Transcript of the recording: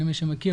למי שמכיר,